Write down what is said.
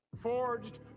forged